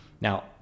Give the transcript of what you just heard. now